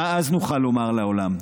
מה אז נוכל לומר לעולם?